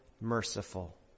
merciful